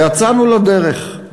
ויצאנו לדרך,